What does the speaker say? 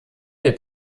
der